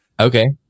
Okay